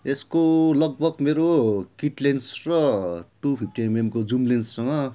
यसको लगभग मेरो किट लेन्स र टु फिप्टी एमएमको जुम लेन्ससँग